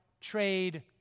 trade